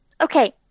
Okay